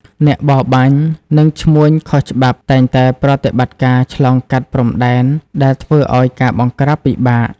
អ្នកបរបាញ់ និងឈ្មួញខុសច្បាប់តែងតែប្រតិបត្តិការឆ្លងកាត់ព្រំដែន ដែលធ្វើឲ្យការបង្ក្រាបពិបាក។